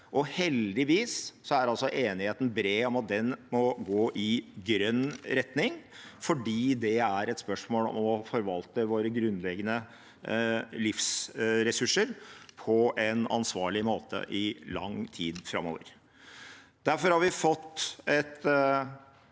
Heldigvis er det bred enighet om at den må gå i grønn retning, for det er et spørsmål om å forvalte våre grunnleggende livsressurser på en ansvarlig måte i lang tid framover. Derfor har vi fått et